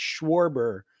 Schwarber